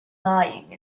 lying